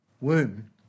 womb